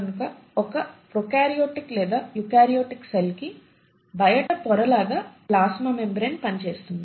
కనుక ఒక ప్రోకార్యోటిక్ లేదా యుకార్యోటిక్ సెల్ కి బయట పొర లాగా ప్లాస్మా మెంబ్రేన్ పని చేస్తుంది